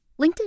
LinkedIn